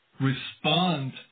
respond